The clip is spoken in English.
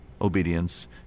obedience